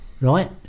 right